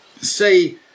say